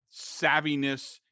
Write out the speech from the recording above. savviness